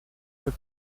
как